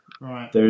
Right